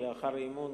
לאחר האי-אמון,